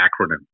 acronym